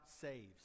saves